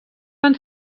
fan